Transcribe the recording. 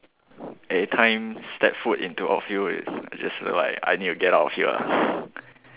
every time step foot into outfield is just like I need to get out of here lah